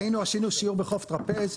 עשינו סיור בחוף טרפז.